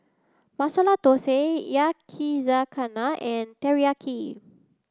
Masala Dosa Yakizakana and Teriyaki